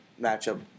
matchup